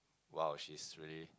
!wow! she's really